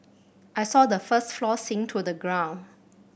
I saw the first floor sink into the ground